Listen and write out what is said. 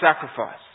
sacrifice